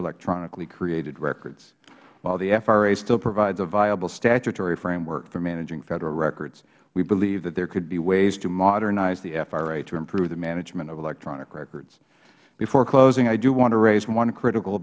electronically created records while the fra still provides a viable statutory framework for managing federal records we believe that there could we ways to modernize the fra to improve the management of electronic records before closing i do want to raise one critical